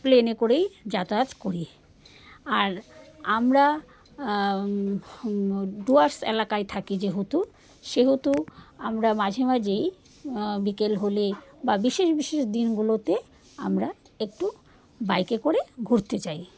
প্লেনে করেই যাতায়াত করি আর আমরা ডুয়ার্স এলাকায় থাকি যেহেতু সেহেতু আমরা মাঝে মাঝেই বিকেল হলে বা বিশেষ বিশেষ দিনগুলোতে আমরা একটু বাইকে করে ঘুরতে যাই